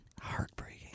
Heartbreaking